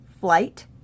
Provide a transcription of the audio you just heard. flight